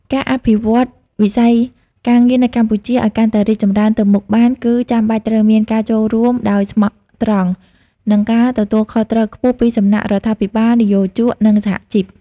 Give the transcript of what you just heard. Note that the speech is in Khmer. ការអភិវឌ្ឍវិស័យការងារនៅកម្ពុជាឱ្យកាន់តែរីកចម្រើនទៅមុខបាន គឺចាំបាច់ត្រូវមានការចូលរួមដោយស្មោះត្រង់ និងការទទួលខុសត្រូវខ្ពស់ពីសំណាក់រដ្ឋាភិបាល និយោជក និងសហជីព។